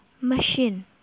machine